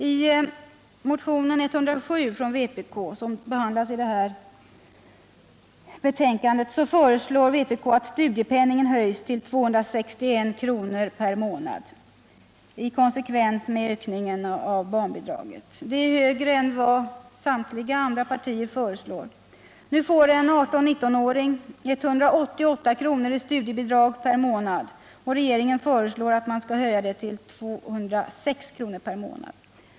I motionen 107 från vpk, som behandlas i detta betänkande, föreslår vi att studiepenningen höjs till 261 kr. per månad, i konsekvens med höjningen av barnbidraget. Det är högre än vad samtliga andra partier föreslår. Nu får en 18-19-åring 188 kr. i studiebidrag per månad, och regeringen föreslår att man skall höja det till 208 kr. per månad.